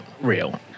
real